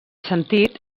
sentit